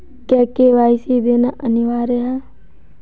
क्या के.वाई.सी देना अनिवार्य है?